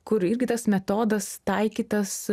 kur irgi tas metodas taikytas